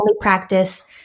practice